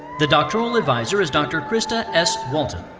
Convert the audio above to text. the doctoral advisor is dr. krista s. walton.